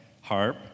harp